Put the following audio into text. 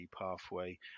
pathway